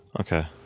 Okay